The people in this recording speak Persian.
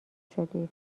شدی